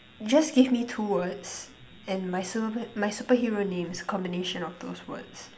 just give me two words and my super my superhero name is a combination of those words